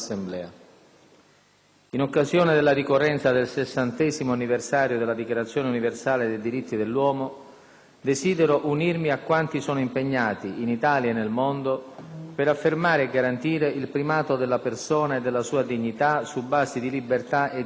«In occasione della ricorrenza del Sessantesimo anniversario della Dichiarazione universale dei diritti dell'uomo, desidero unirmi a quanti sono impegnati, in Italia e nel mondo, per affermare e garantire il primato della persona e della sua dignità su basi di libertà e di eguaglianza.